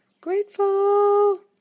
Grateful